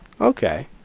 Okay